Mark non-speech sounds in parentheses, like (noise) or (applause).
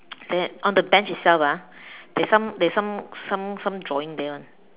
(noise) then on the bench itself ah there's some there's some some some drawing there [one]